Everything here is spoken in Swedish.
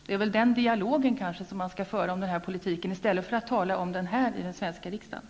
Det är väl den dialogen som man skall föra om denna politiken, i stället för att tala om den här i den svenska riksdagen.